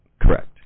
Correct